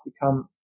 become